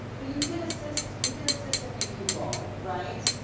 but you did assist you did assist a few people, right?